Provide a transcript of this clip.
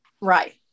Right